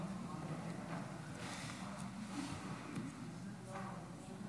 חוק לתיקון פקודת בתי הסוהר (מס' 64, הוראת שעה,